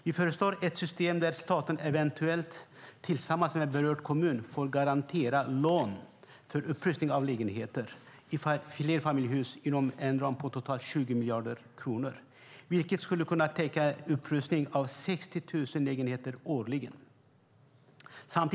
Vi föreslår ett system där staten, eventuellt tillsammans med berörd kommun, får garantera lån för upprustning av lägenheter i flerfamiljshus inom en ram på totalt 20 miljarder kronor, vilket skulle kunna täcka upprustningen av 60 000 lägenheter årligen.